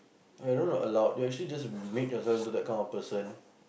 I don't know allowed you actually just made yourself into that kind of person